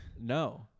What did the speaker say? No